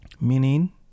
meaning